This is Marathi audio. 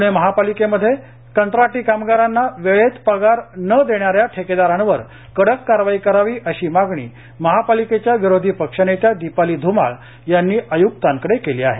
प्णे महापालिकेमध्ये कंत्राटी कामगारांना वेळेत पगार न देणाऱ्या ठेकेदारांवर कडक कारवाई करावी अशी मागणी महापालिकेच्या विरोधी पक्षनेत्या दिपाली ध्माळ यांनी आय्क्तांकडे केली आहे